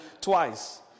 twice